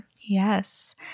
Yes